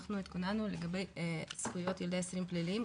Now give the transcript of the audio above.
אנחנו התכוננו לגבי זכויות ילדי אסירים פליליים,